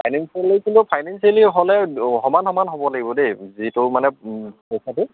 financially কিন্তু financially হ'লে সমান সমান হ'ব লাগিব দেই যিটো মানে পইচাটো